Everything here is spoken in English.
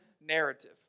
narrative